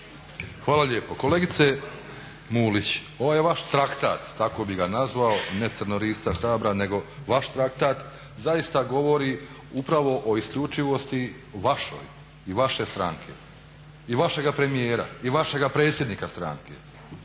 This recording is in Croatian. Hvala lijepo. Kolegice Mulić, ovaj vaš traktat, tako bih ga nazvao, ne Crnorisca Hrabra nego vaš traktat, zaista govori upravo o isključivosti vašoj i vaše stranke i vašega premijera i vašega predsjednika stranke.